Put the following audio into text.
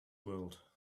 world